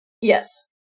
Yes